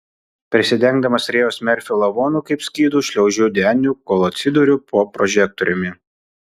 prisidengdamas rėjaus merfio lavonu kaip skydu šliaužiu deniu kol atsiduriu po prožektoriumi